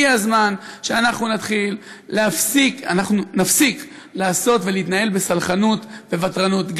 הגיע הזמן שנפסיק לעשות ולהתנהל בסלחנות וותרנות,